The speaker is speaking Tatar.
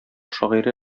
шагыйре